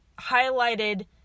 highlighted